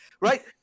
Right